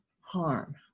harm